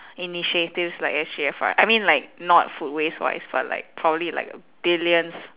initiatives like S_G_F right I mean like not food waste wise but like probably like billions